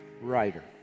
writer